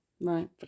right